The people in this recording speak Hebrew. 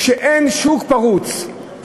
שאין שוק פרוץ,